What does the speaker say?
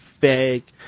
fake